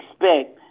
expect